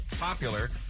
popular